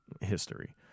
history